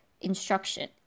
instruction